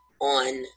on